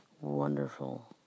wonderful